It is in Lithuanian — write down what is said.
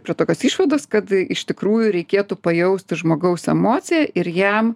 prie tokios išvados kad iš tikrųjų reikėtų pajausti žmogaus emociją ir jam